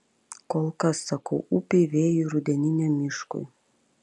kol kas sakau upei vėjui rudeniniam miškui